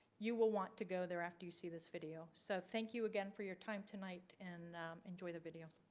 you will want to go there after you see this video. so thank you again for your time tonight and enjoy the video.